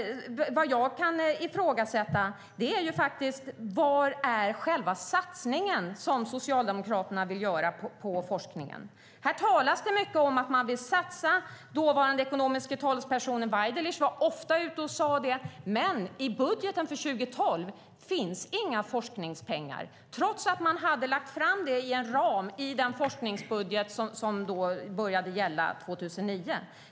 Jag undrar var själva satsningen som Socialdemokraterna vill göra på forskningen är. Här talas det mycket om att man vill satsa. Den dåvarande ekonomiska talespersonen Waidelich var ofta ute och talade om det. Men i budgeten för 2012 finns inga forskningspengar, trots att man hade lagt det i en ram i forskningsbudgeten för 2009.